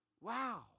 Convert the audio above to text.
Wow